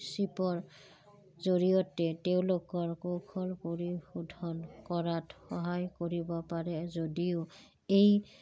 চিপৰ জৰিয়তে তেওঁলোকৰ কৌশল পৰিশোধন কৰাত সহায় কৰিব পাৰে যদিও এই